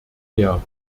der